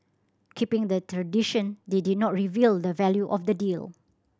keeping the tradition they did not reveal the value of the deal